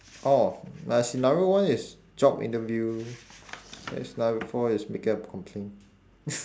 orh my scenario one is job interview then scenario four is making a complaint